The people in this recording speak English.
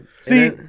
See